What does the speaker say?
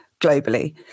globally